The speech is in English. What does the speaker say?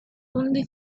only